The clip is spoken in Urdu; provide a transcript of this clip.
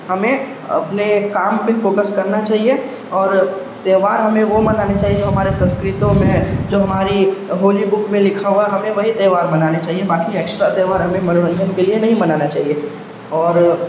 ہمیں اپنے کام پہ فوکس کرنا چاہیے اور تہوار ہمیں وہ منانے چاہیے ہمارے سنسکرتیوں میں جو ہماری ہولی بک میں لکھا ہوا ہمیں وہی تہوار منانے چاہیے باقی ایکسٹرا تہوار ہمیں منورنجن کے لیے نہیں منانا چاہیے اور